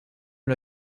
l’a